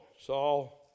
Saul